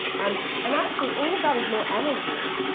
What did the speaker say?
um and actually, all of that is more energy.